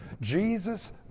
Jesus